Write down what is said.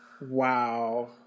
Wow